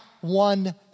one